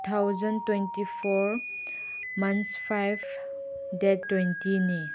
two thousand twenty four months five date ꯇ꯭ꯋꯦꯟꯇꯤꯅꯤ